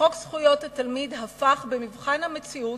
חוק זכויות התלמיד הפך במבחן המציאות,